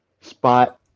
spot